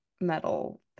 metal